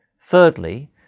Thirdly